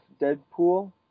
Deadpool